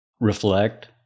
reflect